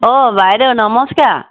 অঁ বাইদেউ নমস্কাৰ